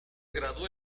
graduó